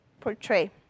portray